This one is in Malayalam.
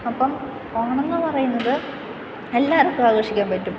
അപ്പം ഓണം എന്ന് പറയുന്നത് എല്ലാവർക്കും ആഘോഷിക്കാൻ പറ്റും